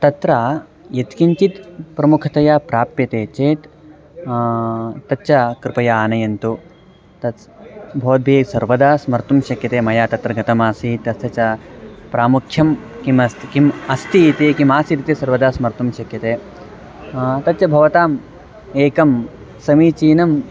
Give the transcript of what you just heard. तत्र यत्किञ्चित् प्रमुखतया प्राप्यते चेत् तच्च कृपया आनयन्तु तत्स् भवद्भिः सर्वदा स्मर्तुं शक्यते मया तत्र गतमासीत् तस्य च प्रामुख्यं किमस्ति किम् अस्ति इति किम् आसीत् इति सर्वदा स्मर्तुं शक्यते तच्च भवताम् एकं समीचीनम्